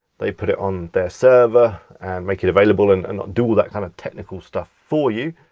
they put it on their server and make it available and and do all that kind of technical stuff for you.